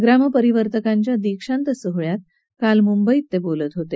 ग्रामपरिवर्तकांच्या दीक्षांत सोहळ्यात काल ते मुंबईत बोलत होते